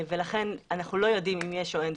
לכן אנחנו לא יודעים אם יש או אין.